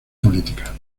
política